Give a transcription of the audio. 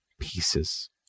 pieces